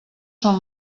són